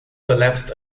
collapsed